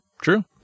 true